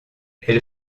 elle